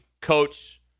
coach